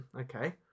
Okay